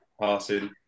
passing